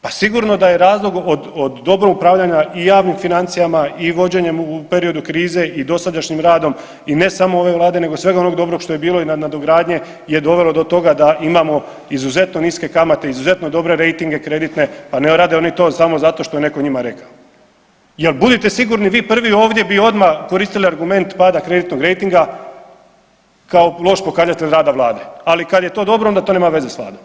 Pa sigurno da je razlog od dobro upravljanja i javnim financijama i vođenjem u periodu krize i dosadašnjim radom i ne samo ove Vlade nego svega onog dobrog što je bilo i nadogradnje je dovelo do toga da imamo izuzetno niske kamate, izuzetno dobre rejtinge kreditne pa ne rade oni to samo zato što je neko njima rekao jer budite sigurni vi prvi ovdje bi odmah koristili argument pada kreditnoj rejtinga kao loš pokazatelj rada Vlade, ali kada je to dobro onda to nema veze s Vladom.